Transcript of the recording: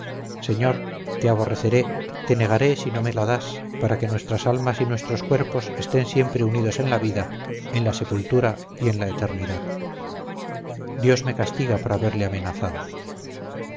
señor te aborreceré te negaré si no me la das para que nuestras almas y nuestros cuerpos estén siempre unidos en la vida en la sepultura y en la eternidad dios me castiga por haberle amenazado